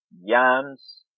yams